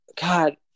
God